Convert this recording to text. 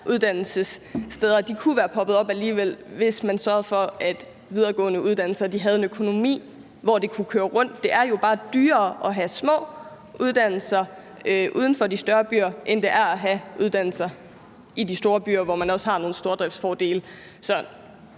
uddannelsessteder kunne være poppet op alligevel, hvis man sørgede for, at videregående uddannelser havde en økonomi, hvor det kunne køre rundt? Det er jo bare dyrere at have små uddannelser uden for de større byer, end det er at have uddannelser i de store byer, hvor man også har nogle stordriftsfordele.